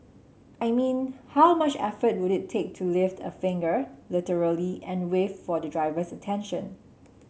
I mean how much effort would it take you to lift a finger literally and wave for the driver's attention